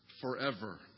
forever